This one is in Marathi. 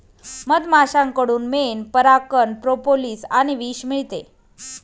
मधमाश्यांकडून मेण, परागकण, प्रोपोलिस आणि विष मिळते